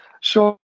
Sure